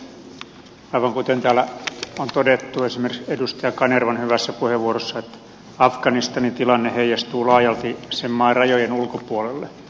aivan kuten täällä on todettu esimerkiksi edustaja kanervan hyvässä puheenvuorossa afganistanin tilanne heijastuu laajalti sen maan rajojen ulkopuolelle